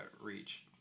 Reach